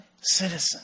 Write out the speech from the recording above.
citizen